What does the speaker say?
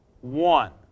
one